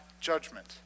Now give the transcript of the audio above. judgment